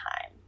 time